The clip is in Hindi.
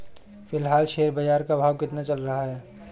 फिलहाल शेयर बाजार का भाव कितना चल रहा है?